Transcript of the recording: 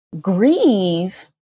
grieve